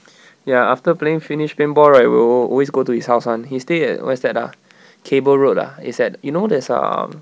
ya after playing finish paintball right we'll always go to his house [one] he stay at where's that ah cable road ah is at you know there's um